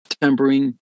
tempering